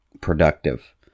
productive